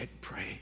pray